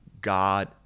God